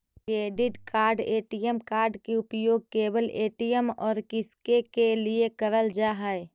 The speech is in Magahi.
क्रेडिट कार्ड ए.टी.एम कार्ड के उपयोग केवल ए.टी.एम और किसके के लिए करल जा है?